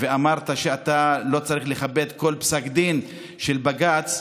ואמרת שאתה לא צריך לכבד כל פסק דין של בג"ץ,